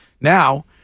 Now